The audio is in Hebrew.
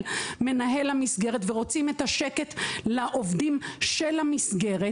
מנהל המסגרת ורוצים את השקט לעובדים של המסגרת.